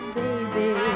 baby